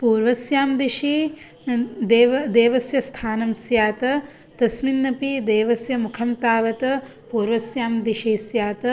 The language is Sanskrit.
पूर्वस्यां दिशि देव देवस्य स्थानं स्यात् तस्मिन्नपि देवस्य मुखं तावत् पूर्वस्यां दिशि स्यात्